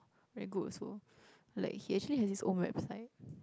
very good also like he actually has his own website